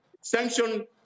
sanction